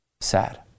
Sad